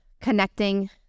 connecting